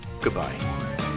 goodbye